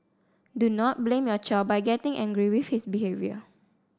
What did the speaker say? do not blame your child by getting angry with his behaviour